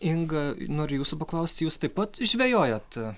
inga noriu jūsų paklausti jūs taip pat žvejojat